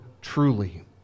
truly